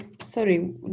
sorry